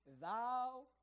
thou